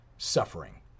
suffering